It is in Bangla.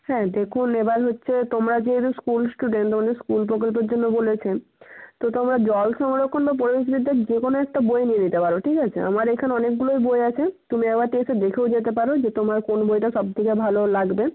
হ্যাঁ দেখুন এবার হচ্ছে তোমরা যেহেতু স্কুল স্টুডেন্ট তোমাদের স্কুল প্রকল্পের জন্য বলেছেন তো তোমরা জল সংরক্ষণ বা পরিবেশবিদ্যার যে কোনো একটা বই নিয়ে নিতে পারো ঠিক আছে আমার এখানে অনেকগুলোই বই আছে তুমি একবারটি এসে দেখেও যেতে পারো যে তোমার কোন বইটা সব থেকে ভালো লাগবে